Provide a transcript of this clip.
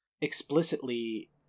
explicitly